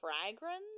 Fragrance